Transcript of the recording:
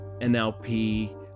nlp